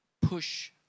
push